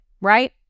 Right